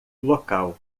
local